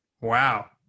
Wow